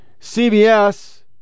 CBS